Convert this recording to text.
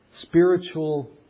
Spiritual